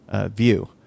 view